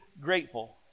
grateful